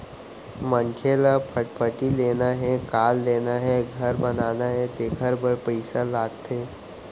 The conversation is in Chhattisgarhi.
मनखे ल फटफटी लेना हे, कार लेना हे, घर बनाना हे तेखर बर पइसा लागथे